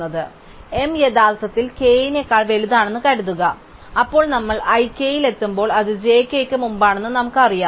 അതിനാൽ m യഥാർത്ഥത്തിൽ k നേക്കാൾ വലുതാണെന്ന് കരുതുക അപ്പോൾ നമ്മൾ i k യിൽ എത്തുമ്പോൾ അത് j k യ്ക്ക് മുമ്പാണെന്ന് നമുക്ക് അറിയാം